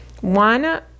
One